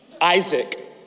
Isaac